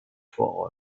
for